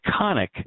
iconic